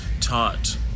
taught